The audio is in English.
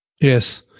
Yes